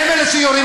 והם אלה שיורים,